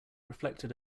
reflected